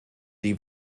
die